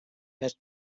best